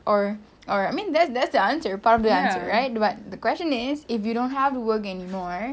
or or I mean that that's the answer right but the question is if you don't have to work anymore